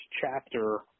chapter